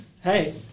Hey